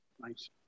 Nice